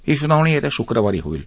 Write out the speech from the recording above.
ही सुनावणी येत्या शुक्रवारी होईल